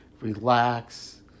Relax